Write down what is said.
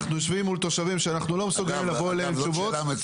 אנחנו יושבים מול תושבים שאנחנו לא מסוגלים לבוא אליהם תשובות,